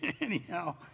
anyhow